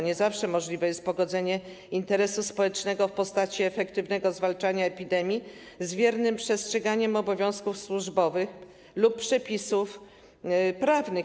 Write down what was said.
Nie zawsze możliwe jest pogodzenie interesu społecznego w postaci efektywnego zwalczania epidemii z wiernym przestrzeganiem obowiązków służbowych lub przepisów prawnych.